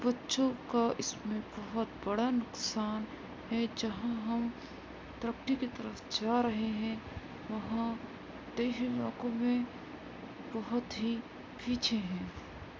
بچوں کا اس میں بہت بڑا نقصان ہے جہاں ہم ترقی کی طرف جا رہے ہیں وہاں دیہی علاقوں میں بہت ہی پیچھے ہیں